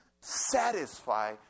satisfy